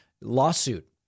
lawsuit